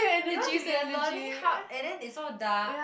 they want to be a learning hub and then they so dark